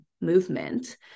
movement